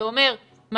זה אומר מערכות,